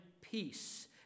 peace